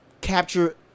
capture